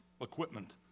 equipment